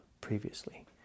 previously